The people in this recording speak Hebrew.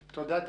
תודה.